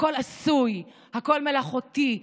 הכול עשוי, הכול מלאכותי.